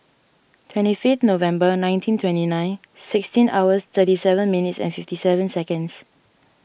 twenty fifth November nineteen twenty nine sixteen hours thirty seven minutes and fifty seven seconds